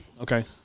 okay